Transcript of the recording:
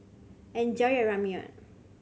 enjoy your Ramyeon